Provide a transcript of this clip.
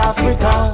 Africa